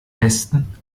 besten